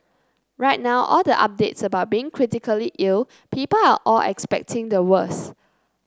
right now all the updates about being critically ill people are all expecting the worse